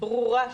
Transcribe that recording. היא ברורה שם.